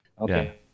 Okay